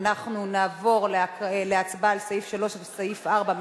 אנחנו נעבור להצבעה על סעיף 3 ועל סעיף 4,